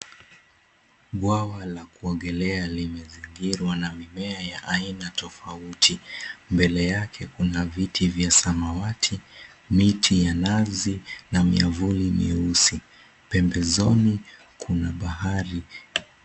Bwawa la kuogelea limezingirwa na mimea ya aina tofauti. Mbele yake kuna viti vya samawati, miti ya nazi na miavuli mieusi. Pembezoni kuna bahari.